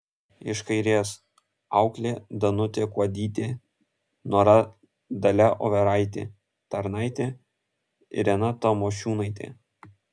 iš kairės auklė danutė kuodytė nora dalia overaitė tarnaitė irena tamošiūnaitė